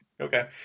Okay